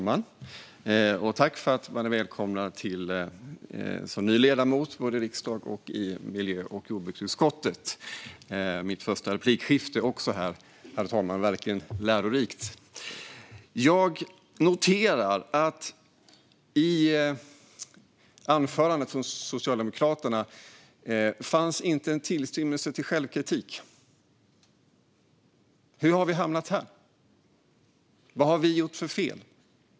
Herr talman! Som ny ledamot i riksdagen tackar jag för välkomnandet till miljö och jordbruksutskottet. Det här är mina första replikskiften, och det är verkligen lärorikt. Jag noterar att det i Socialdemokraternas anförande inte fanns tillstymmelse till självkritik. Hur har vi hamnat här? Vad har vi gjort för fel?